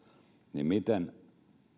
niin miten